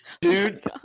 Dude